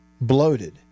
bloated